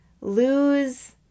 lose